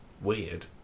weird